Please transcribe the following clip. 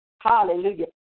Hallelujah